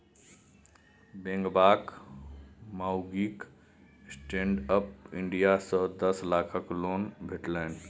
बेंगबाक माउगीक stand up India सँ दस लाखक लोन भेटलनि